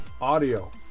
Audio